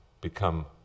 become